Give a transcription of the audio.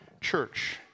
church